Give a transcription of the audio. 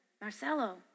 Marcelo